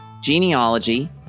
genealogy